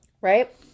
Right